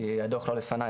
כי הדוח לא לפניי,